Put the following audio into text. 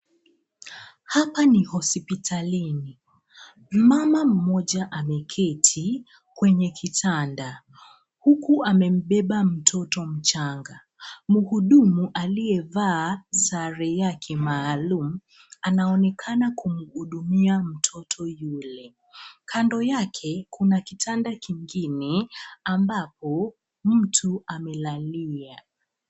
Hapa ni hospitalini. Mama mmoja ameketi kwenye kitanda, huku amembeba mtoto mchanga. Mhudumu aliyevaa sare yake maalum anaonekana kumhudumia mtoto yule. Kando yake kuna kitanda kingine ambapo mtu amelalia.